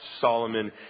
Solomon